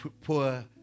poor